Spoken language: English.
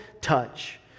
touch